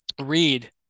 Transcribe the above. read